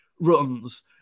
runs